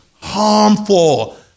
harmful